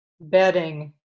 bedding